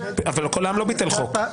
אבל קול העם לא ביטל חוק.